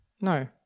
No